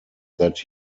that